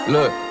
Look